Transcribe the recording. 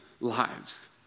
lives